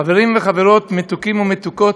חברים וחברות, מתוקים ומתוקות,